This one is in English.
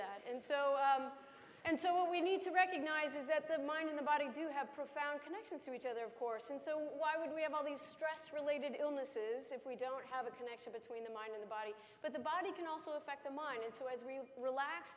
that and so and so we need to recognize is that the mind in the body do have profound connections to each other of course and so why would we have all these stress related illnesses if we don't have a connection between the mind in the body but the body can also affect the mind into as we relax